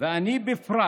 ואני בפרט